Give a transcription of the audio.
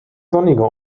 sonniger